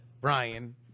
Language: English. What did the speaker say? Brian